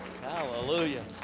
Hallelujah